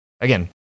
Again